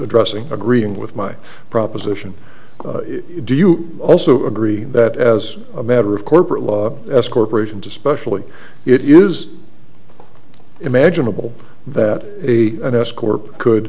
addressing agreeing with my proposition do you also agree that as a matter of corporate law as corporations especially it is imaginable that a s corp could